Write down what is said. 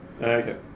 Okay